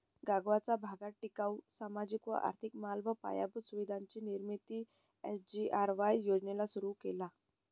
गगावाचा भागात टिकाऊ, सामाजिक व आर्थिक माल व पायाभूत सुविधांची निर्मिती एस.जी.आर.वाय योजनेला सुरु केला